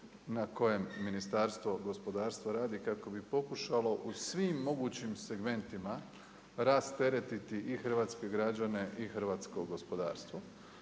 na kojem Ministarstvo gospodarstva radi kako bi pokušalo u svim mogućim segmentima rasteretiti i hrvatske građane i hrvatsko gospodarstvo,